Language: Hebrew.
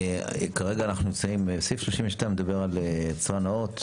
כרגע אנחנו נמצאים, סעיף 32 מדבר על יצרן נאות.